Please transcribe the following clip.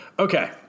Okay